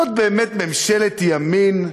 זו באמת ממשלת ימין?